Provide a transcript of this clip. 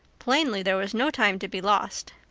plainly there was no time to be lost.